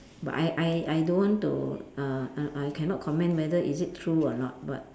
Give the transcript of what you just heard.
but I I I don't want to uh uh I cannot comment whether is it true or not but